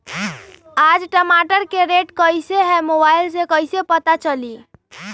आज टमाटर के रेट कईसे हैं मोबाईल से कईसे पता चली?